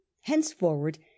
Henceforward